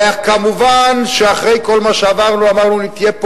וכמובן שאחרי כל מה שעברנו אמרנו: תהיה פה